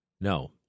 No